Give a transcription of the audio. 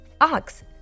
Ox